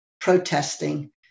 protesting